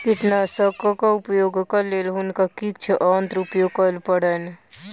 कीटनाशकक उपयोगक लेल हुनका किछ यंत्र उपयोग करअ पड़लैन